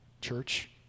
church